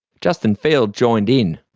justin field joined in